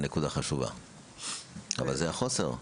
זו נקודה חשובה אבל זה החוסר.